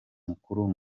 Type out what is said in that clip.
mukuru